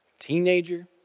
teenager